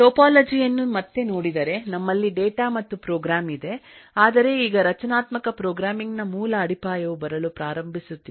topology ಯನ್ನು ಮತ್ತೆ ನೋಡಿದರೆ ನಮ್ಮಲ್ಲಿ ಡೇಟಾ ಮತ್ತು ಪ್ರೋಗ್ರಾಂ ಇದೆ ಆದರೆ ಈಗ ರಚನಾತ್ಮಕ ಪ್ರೋಗ್ರಾಮಿಂಗ್ ನ ಮೂಲ ಅಡಿಪಾಯವು ಬರಲು ಪ್ರಾರಂಭಿಸುತ್ತಿದೆ